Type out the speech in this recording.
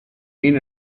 been